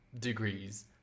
degrees